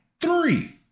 three